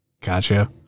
Gotcha